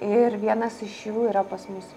ir vienas iš jų yra pas mus